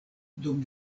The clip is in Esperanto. dum